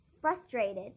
frustrated